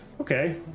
Okay